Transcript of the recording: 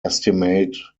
estimate